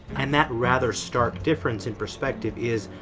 and that rather stark difference in perspective is,